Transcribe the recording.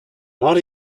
not